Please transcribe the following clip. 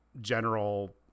general